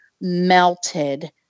melted